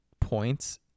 points